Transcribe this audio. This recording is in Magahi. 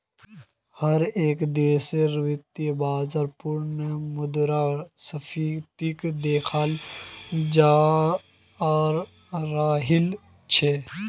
हर एक देशत वित्तीय बाजारत पुनः मुद्रा स्फीतीक देखाल जातअ राहिल छे